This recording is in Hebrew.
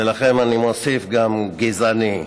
ולכך אני מוסיף: גזעני.